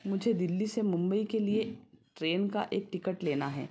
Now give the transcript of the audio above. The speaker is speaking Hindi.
मुझे दिल्ली से मुंबई के लिए ट्रेन की एक टिकट लेनी है